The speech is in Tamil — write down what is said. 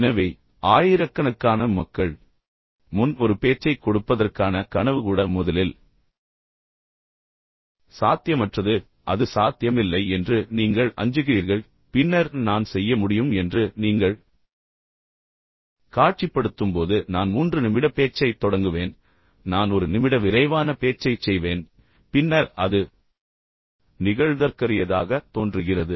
எனவே ஆயிரக்கணக்கான மக்கள் முன் ஒரு பேச்சைக் கொடுப்பதற்கான கனவு கூட முதலில் சாத்தியமற்றது அது சாத்தியமில்லை என்று நீங்கள் அஞ்சுகிறீர்கள் பின்னர் நான் செய்ய முடியும் என்று நீங்கள் காட்சிப்படுத்தும்போது நான் மூன்று நிமிட பேச்சைத் தொடங்குவேன் நான் ஒரு நிமிட விரைவான பேச்சைச் செய்வேன் பின்னர் அது நிகழ்தற்கரியதாக தோன்றுகிறது